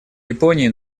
японии